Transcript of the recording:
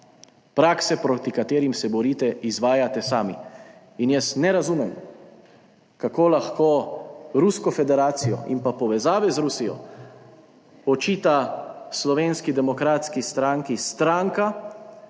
Prakse, proti katerim se borite, izvajate sami. Ne razumem, kako lahko Rusko federacijo in povezave z Rusijo očita Slovenski demokratski stranki stranka,